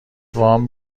وام